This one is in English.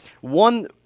One